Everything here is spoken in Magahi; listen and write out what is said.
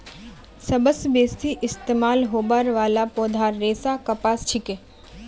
सबस बेसी इस्तमाल होबार वाला पौधार रेशा कपास छिके